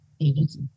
agency